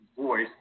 voice